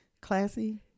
classy